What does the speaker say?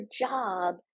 job